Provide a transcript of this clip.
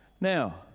Now